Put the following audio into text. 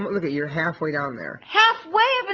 um look, you're halfway down there. halfway, i've and